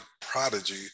prodigy